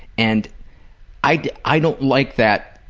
and i i don't like that,